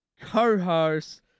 co-host